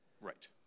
Right